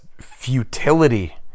futility